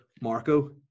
Marco